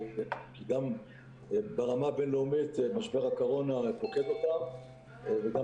גם ברמה הבין-לאומית משבר הקורונה פוקד אותם וגם